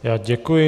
Já děkuji.